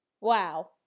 Wow